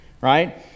right